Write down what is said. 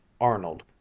Arnold